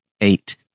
eight